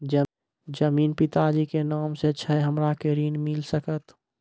जमीन पिता जी के नाम से छै हमरा के ऋण मिल सकत?